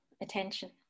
attention